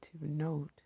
note